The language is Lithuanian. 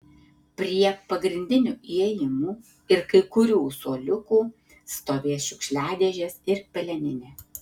prie pagrindinių įėjimų ir kai kurių suoliukų stovės šiukšliadėžės ir peleninė